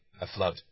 afloat